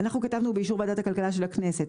ובאישור ועדת הכלכלה של הכנסת